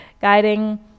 guiding